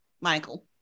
Michael